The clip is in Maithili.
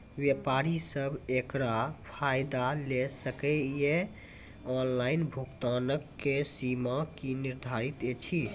व्यापारी सब एकरऽ फायदा ले सकै ये? ऑनलाइन भुगतानक सीमा की निर्धारित ऐछि?